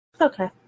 Okay